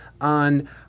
on